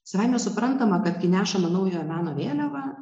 savaime suprantama kad kai nešama naujojo meno vėliava